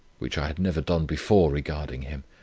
which i had never done before regarding him